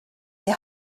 die